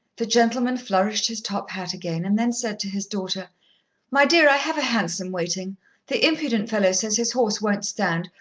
the gentleman flourished his top hat again, and then said to his daughter my dear, i have a hansom waiting the impudent fellow says his horse won't stand.